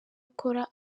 akora